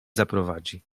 zaprowadzi